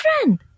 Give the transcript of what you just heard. friend